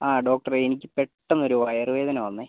ആ ഡോക്ടറേ എനിക്ക് പെട്ടെന്നൊരു വയറുവേദന വന്നേ